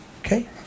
okay